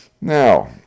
Now